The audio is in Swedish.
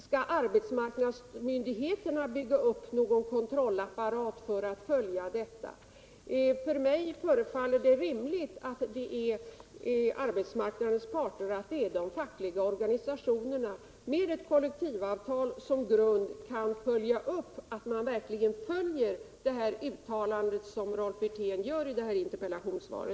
Skall arbetsmarknadsmyndigheterna bygga upp någon kontrollapparat för att följa detta? Mig förefaller det rimligt att de fackliga organisationerna, med ett kollektivavtal som grund, ser till att man verkligen följer det uttalande som Rolf Wirtén gör i interpellationssvaret.